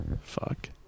Fuck